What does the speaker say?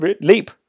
Leap